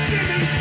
Jimmy